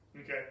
Okay